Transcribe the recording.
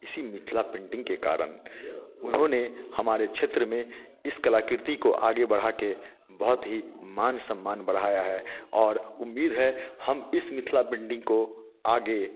इसी मिथिला पेंटिंग के कारण उन्होंने हमारे क्षेत्र में इस कलाकृति को आगे बढ़ा के बहुत ही मान सम्मान बढ़ाया है और उम्मीद है हम इस मिथिला पेंटिंग को आगे